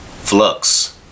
Flux